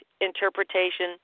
Interpretation